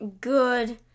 good